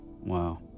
Wow